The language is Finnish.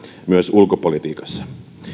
myöskin ulkopolitiikassa